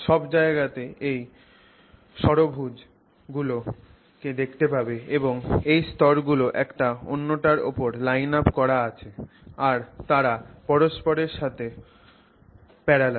সব জায়গা তে এই ষড়ভুজ গুলো কে দেখতে পাবে এবং এই স্তরগুলো একটা অন্যটার ওপর লাইন আপ করা আছে আর তারা পরস্পরের সাথে সমান্তরাল